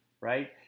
right